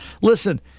Listen